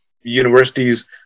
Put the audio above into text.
universities